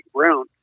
Brown